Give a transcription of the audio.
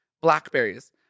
blackberries